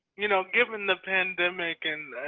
you know, given the pandemic and